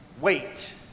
Wait